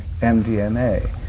MDMA